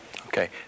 Okay